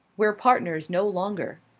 we're partners no longer.